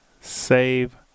save